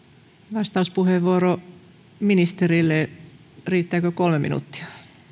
vastauspuheenvuoro ministerille riittääkö kolme minuuttia